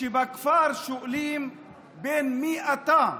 שבכפר שואלים בן מי אתה,